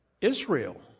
Israel